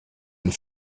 and